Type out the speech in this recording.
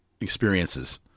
experiences